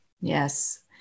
Yes